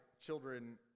children